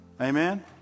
amen